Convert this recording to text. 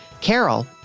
Carol